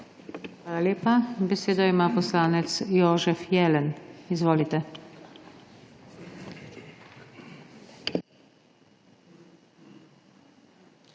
Hvala lepa. Besedo ima poslanec Jožef Jelen. Izvolite.